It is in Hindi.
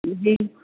जी